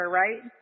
right